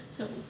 help